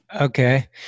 okay